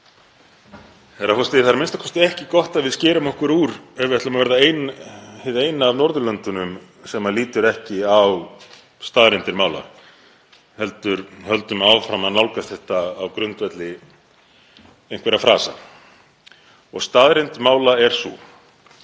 Það er a.m.k. ekki gott að við skerum okkur úr ef við ætlum að vera hið eina af Norðurlöndunum sem lítur ekki á staðreyndir mála heldur höldum áfram að nálgast þetta á grundvelli einhverra frasa. Staðreynd mála er sú